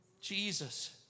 Jesus